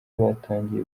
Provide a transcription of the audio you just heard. batangiye